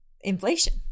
inflation